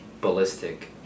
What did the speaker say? ballistic